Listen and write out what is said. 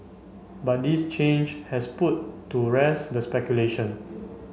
but this change has put to rest the speculation